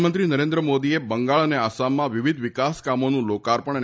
પ્રધાનમંત્રી નરેન્દ્ર મોદીએ બંગાળ અને આસામમાં વિવિધ વિકાસ કામોનું લોકાર્પણ અને